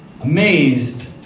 amazed